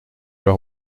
leur